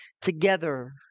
together